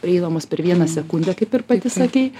prieinamos per vieną sekundę kaip ir pati sakei